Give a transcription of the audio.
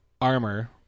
armor